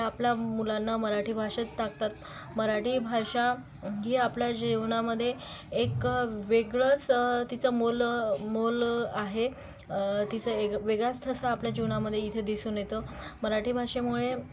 ते आपल्या मुलांना मराठी भाषेत टाकतात मराठी भाषा ही आपल्या जीवनामध्ये एक वेगळं असं तिचं मोल मोल आहे तिचा एक वेगळाच ठसा आपल्या जीवनामध्ये इथे दिसून येतो मराठी भाषेमुळे